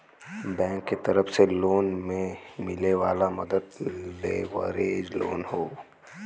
bank के तरफ से लोन में मिले वाला मदद लेवरेज लोन हौ